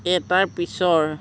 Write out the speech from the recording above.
এটাৰ পিছৰ